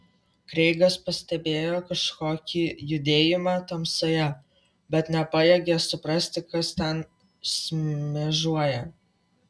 kreigas pastebėjo kažkokį judėjimą tamsoje bet nepajėgė suprasti kas ten šmėžuoja